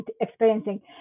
experiencing